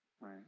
Right